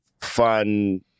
fun